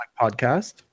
podcast